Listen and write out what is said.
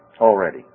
already